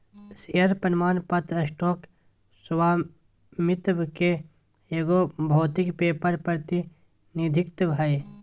share प्रमाण पत्र stock स्वामित्व के एगो भौतिक पेपर प्रतिनिधित्व हइ